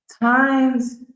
times